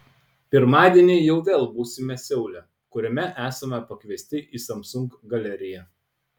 pirmadienį jau vėl būsime seule kuriame esame pakviesti į samsung galeriją